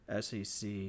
sec